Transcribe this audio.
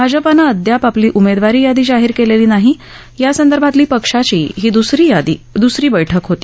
भाजपानं अद्याप आपली उमेदवारी यादी जाहीर केलेली नाही यासंदर्भातली पक्षाची ही दुसरी बैठक होती